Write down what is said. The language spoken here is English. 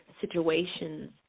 situations